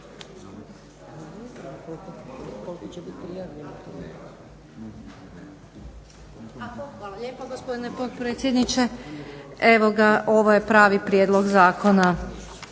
Hvala lijepa gospodine potpredsjedniče. Evo ga, ovo je pravi prijedlog zakona